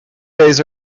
days